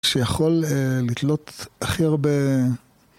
שיכול לתלות אחר ב...